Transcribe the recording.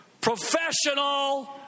professional